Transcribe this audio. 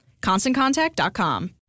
ConstantContact.com